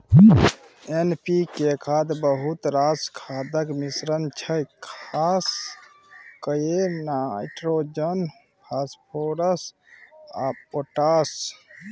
NPK खाद बहुत रास खादक मिश्रण छै खास कए नाइट्रोजन, फास्फोरस आ पोटाश